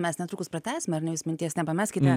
mes netrukus pratęsime ar ne jūs minties nepameskite